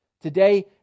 Today